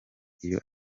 iyo